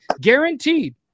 guaranteed